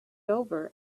over